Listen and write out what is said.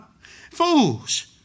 Fools